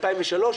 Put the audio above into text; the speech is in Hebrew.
2003,